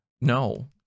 no